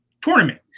tournament